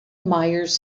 myers